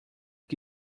que